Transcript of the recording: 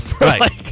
Right